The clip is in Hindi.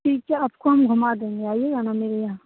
ठीक है आपको हम घुमा देंगे आइएगा ना मेरे यहाँ